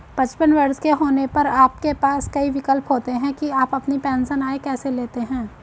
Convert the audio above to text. पचपन वर्ष के होने पर आपके पास कई विकल्प होते हैं कि आप अपनी पेंशन आय कैसे लेते हैं